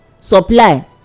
supply